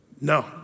No